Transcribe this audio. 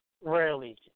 rarely